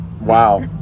wow